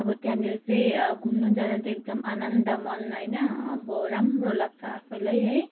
अब त्यहाँनिर चाहिँ घुम्नु जाँदा चाहिँ एकदम आनन्द मन होइन अब राम्रो लाग्छ आफैलाई है